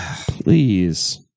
please